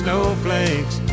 Snowflakes